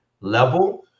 level